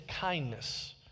kindness